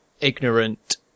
ignorant